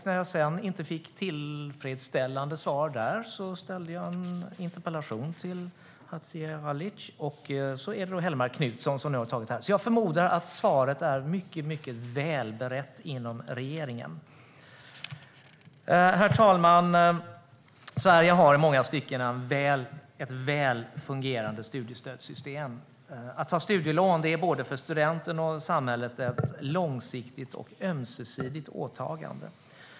När jag sedan inte fick ett tillfredsställande svar på frågan ställde jag en interpellation till Aida Hadzialic, och nu är det Hellmark Knutsson som har tagit över den, så jag förmodar att svaret är mycket välberett inom regeringen. Herr talman! Sverige har i många stycken ett väl fungerande studiestödssystem. Ett studielån är både för studenten och för samhället ett långsiktigt och ömsesidigt åtagande.